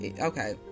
Okay